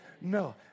No